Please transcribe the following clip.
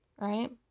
right